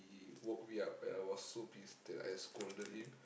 he woke me up and I was so pissed that I scolded him